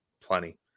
plenty